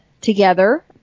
together